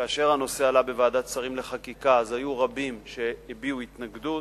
כאשר הנושא עלה בוועדת שרים לחקיקה היו רבים שהביעו התנגדות,